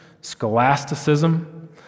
scholasticism